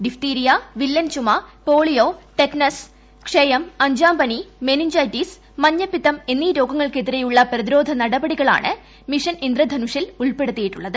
diphtheria വില്ലൻചുമ polio tetanus ക്ഷയം അഞ്ചാംപനി മെനിഞ്ചൈറ്റിസ് മഞ്ഞപ്പിത്തം എന്നീരോഗങ്ങൾക്കെതിരെയുള്ള പ്രതിരോധ നടപടികളാണ് മിഷൻ ഇന്ദ്രധനുഷിൽ ഉൾപ്പെടുത്തിയിട്ടുള്ളത്